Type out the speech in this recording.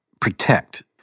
protect